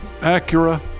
Acura